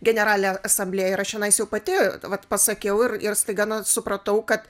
generalinė asamblėj ir aš čionais jau pati o vat pasakiau ir ir staiga supratau kad